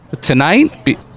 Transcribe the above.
Tonight